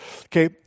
Okay